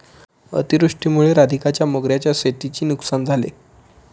अतिवृष्टीमुळे राधिकाच्या मोगऱ्याच्या शेतीची नुकसान झाले